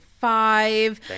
five